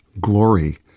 glory